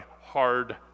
hard